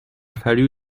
fallu